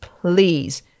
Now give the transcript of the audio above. please